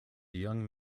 young